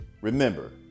Remember